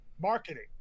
marketing